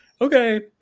okay